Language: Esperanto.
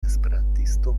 esperantisto